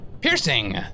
Piercing